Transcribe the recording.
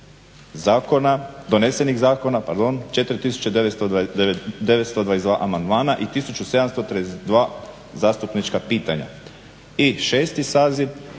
donesenih zakona, pardon. 4922 amandmana i 1732 zastupnička pitanja. I šesti saziv